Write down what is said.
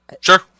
sure